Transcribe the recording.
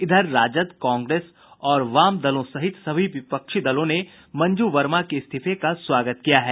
इधर राजद कांग्रेस और वाम दलों सहित सभी विपक्षी दलों ने मंजू वर्मा के इस्तीफे का स्वागत किया है